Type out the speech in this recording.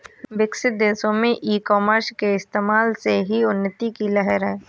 विकसित देशों में ई कॉमर्स के इस्तेमाल से ही उन्नति की लहर है